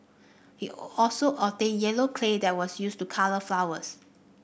he also obtained yellow clay that was used to colour flowers